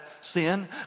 sin